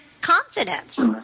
confidence